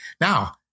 Now